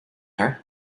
her